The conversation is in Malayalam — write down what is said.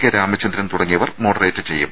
കെ രാമചന്ദ്രൻ തുടങ്ങിയവർ മോഡറേറ്റ് ചെയ്യും